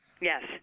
Yes